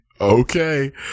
okay